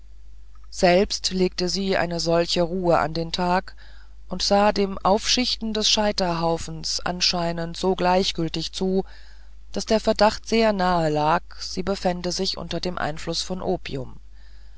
selbst legte sie eine solche ruhe an den tag und sah dem aufschichten des scheiterhaufens anscheinend so gleichgültig zu daß der verdacht sehr nahe lag sie befände sich unter dem einfluß von opium